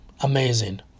amazing